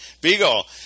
Beagle